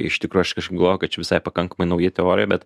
iš tikro aš kažkaip galvojau kad visai pakankamai nauja teorija bet